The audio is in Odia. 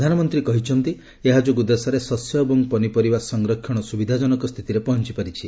ପ୍ରଧାନମନ୍ତ୍ରୀ କହିଛନ୍ତି ଏହା ଯୋଗୁଁ ଦେଶରେ ଶସ୍ୟ ଏବଂ ପନିପରିବା ସଂରକ୍ଷଣ ସୁବିଧାଜନକ ସ୍ଥିତିରେ ପହଞ୍ଚିପାରିଛି